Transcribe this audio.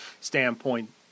standpoint